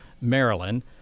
Maryland